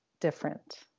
different